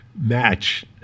match